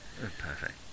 Perfect